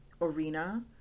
arena